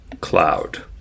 cloud